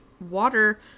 water